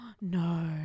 No